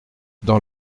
dans